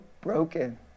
broken